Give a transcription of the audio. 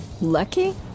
Lucky